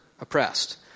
oppressed